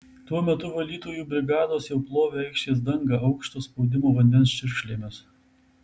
tuo metu valytojų brigados jau plovė aikštės dangą aukšto spaudimo vandens čiurkšlėmis